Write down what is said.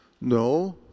No